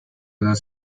other